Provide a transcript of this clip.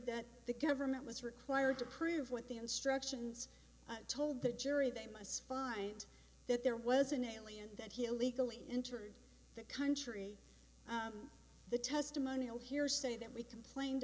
that the government was required to prove what the instructions told the jury they must find that there was an alien that he illegally entered the country the testimonial hearsay that we complained